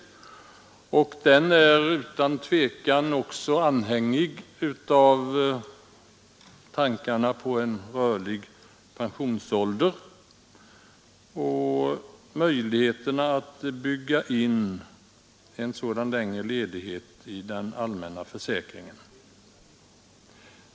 Denna fråga har utan tvivel också samband med tankarna på en rörlig pensionsålder, och det har även föreslagits att en sådan längre ledighet skulle kunna byggas in i den allmänna försäkringen.